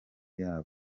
yabo